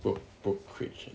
brok~ brokerage